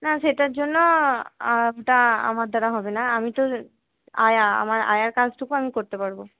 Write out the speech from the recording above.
না সেটার জন্য ওটা আমার দ্বারা হবে না আমি তো আয়া আমার আয়ার কাজটুকু আমি করতে পারবো